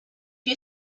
you